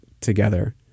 together